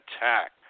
attack